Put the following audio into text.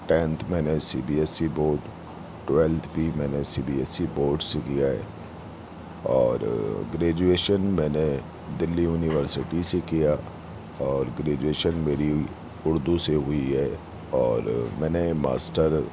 tenth میں نے C B S E board twelfth بھی میں نے C B S E board سے کیا ہے اور گریجویشن میں نے دلی یونیورسٹی سے کیا اور گریجویشن میری اردو سے ہوئی ہے اور میں نے ماسٹر